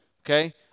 Okay